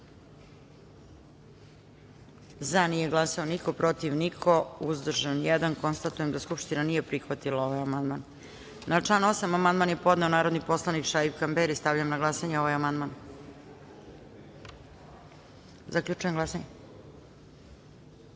glasanje: za – niko, protiv – niko, uzdržan – jedan. Konstatujem da Skupština nije prihvatila ovaj amandman. Na član 8. amandman je podneo narodni poslanik Šaip Kamberi. Stavljam na glasanje ovaj amandman. Zaključujem glasanje: